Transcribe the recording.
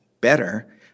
better